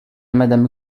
madame